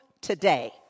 today